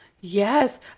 Yes